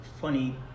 funny